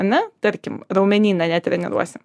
ane tarkim raumenyną netreniruosim